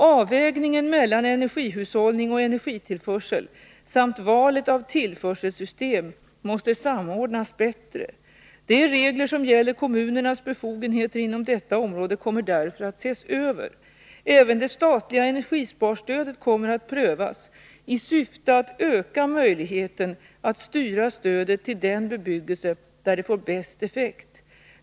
Avvägningen mellan energihushållning och energitillförsel samt valet av tillförselsystem måste samordnas bättre. De regler som gäller kommunernas befogenheter inom detta område kommer därför att ses över. Även det statliga energisparstödet kommer att prövas i syfte att öka möjligheten att styra stödet till den bebyggelse där det får bäst effekt.